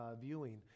Viewing